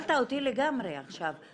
בלבלת אותי לגמרי עכשיו.